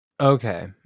Okay